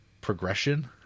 progression